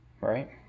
right